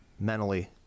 mentally